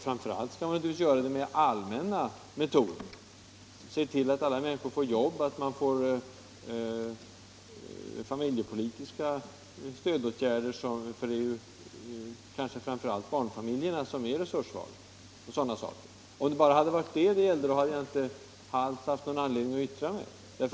Framför allt skall man göra det med allmänna metoder, se till att alla människor får jobb, vidta familjepolitiska stödåtgärder m.m. Det är kanske framför allt barnfamiljerna som är de resurssvaga. Om det bara hade gällt det så hade jag inte alls haft anledning att yttra mig.